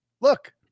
look